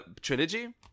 trilogy